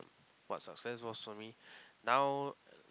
what success was for me now